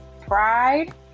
Pride